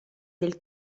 del